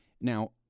now